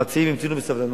המציעים המתינו בסבלנות.